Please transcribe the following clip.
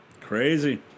Crazy